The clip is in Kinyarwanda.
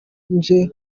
nje